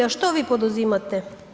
A što vi poduzimate?